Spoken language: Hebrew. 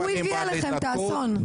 הוא הביא עליכם את האסון.